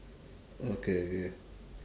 okay okay